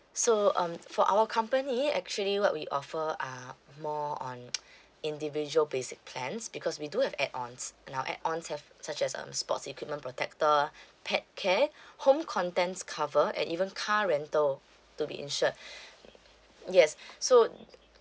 so um for our company actually what we offer are more on individual basic plans because we do have add ons and our add ons have such as um sports equipment protector pet care home contents cover and even car rental to be insured yes so